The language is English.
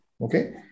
Okay